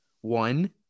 One